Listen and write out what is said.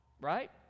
Right